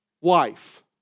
wife